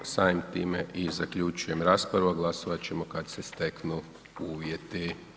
Samim time i zaključujem raspravu, a glasovat ćemo kada se steknu uvjeti.